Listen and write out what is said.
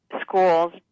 schools